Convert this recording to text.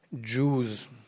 Jews